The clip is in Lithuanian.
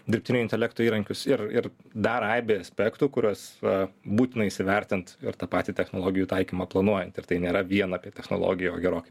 dirbtinio intelekto įrankius ir ir dar aibė aspektų kuriuos a būtina įsivertint ir tą patį technologijų taikymą planuojant ir tai nėra vien apie technologiją o gerokai